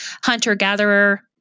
hunter-gatherer